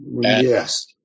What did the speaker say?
Yes